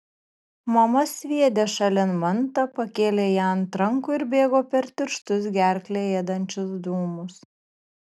mama sviedė šalin mantą pakėlė ją ant rankų ir bėgo per tirštus gerklę ėdančius dūmus